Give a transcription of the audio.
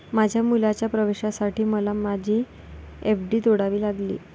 माझ्या मुलाच्या प्रवेशासाठी मला माझी एफ.डी तोडावी लागली